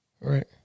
Right